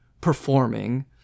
performing